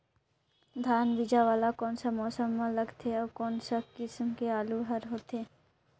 धान बीजा वाला कोन सा मौसम म लगथे अउ कोन सा किसम के आलू हर होथे?